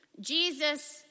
Jesus